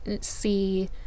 see